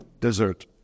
desert